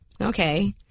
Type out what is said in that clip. Okay